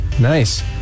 Nice